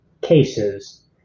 cases